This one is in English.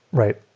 right?